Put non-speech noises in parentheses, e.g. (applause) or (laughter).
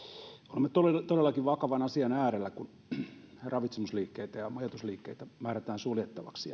olemme todellakin vakavan asian äärellä kun ravitsemusliikkeitä ja majoitusliikkeitä määrätään suljettavaksi (unintelligible)